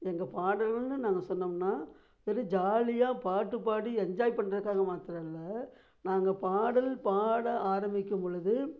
எங்கள் பாடல்கள்ன்னு நாங்கள் சொன்னோம்ன்னால் வெறும் ஜாலியாக பாட்டுப்பாடி என்ஜாய் பண்ணுறதுக்காக மாத்திரமில்ல நாங்கள் பாடல் பாட ஆரம்பிக்கும்பொழுது